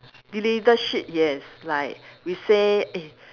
leadership yes like we say eh